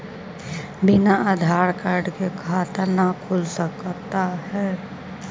बिना आधार कार्ड के खाता न खुल सकता है?